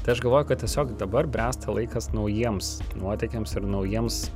tai aš galvoju kad tiesiog dabar bręsta laikas naujiems nuotykiams ir naujiems